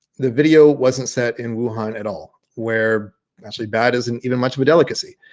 the video wasn't set in wuhan at all, we're actually bat isn't even much of a delicacy.